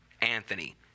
Anthony